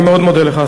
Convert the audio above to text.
אני מאוד מודה לך,